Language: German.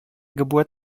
geburt